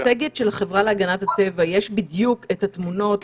במצגת של החברה של הגנת יש בדיוק את התמונות של